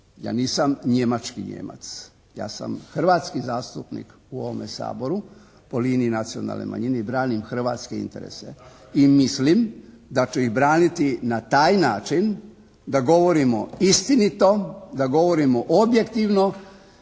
ja nisam njemački Nijemac. Ja sam hrvatski zastupnik u ovome Saboru, po liniji nacionalne manjine i branim hrvatske interese i mislim da ću ih braniti na taj način da govorimo istinito, da govorimo objektivno